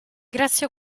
grazie